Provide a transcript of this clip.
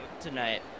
Tonight